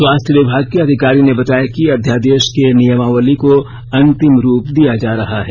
स्वास्थ्य विभाग के अधिकारी ने बताया कि अध्यादेश के नियमावली को अंतिम रूप दिया जा रहा है